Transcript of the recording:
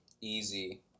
easy